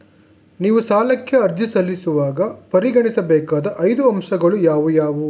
ನೀವು ಸಾಲಕ್ಕೆ ಅರ್ಜಿ ಸಲ್ಲಿಸುವಾಗ ಪರಿಗಣಿಸಬೇಕಾದ ಐದು ಅಂಶಗಳು ಯಾವುವು?